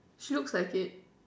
she looks like it